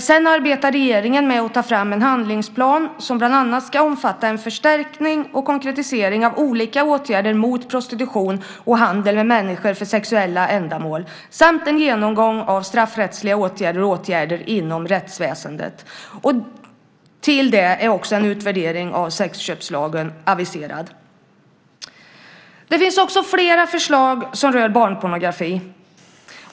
Sedan arbetar regeringen med att ta fram en handlingsplan som bland annat ska omfatta en förstärkning och konkretisering av olika åtgärder mot prostitution och handel med människor för sexuella ändamål samt en genomgång av straffrättsliga åtgärder och åtgärder inom rättsväsendet. En utvärdering av sexköpslagen är också aviserad. Det finns också flera förslag som rör barnpornografi.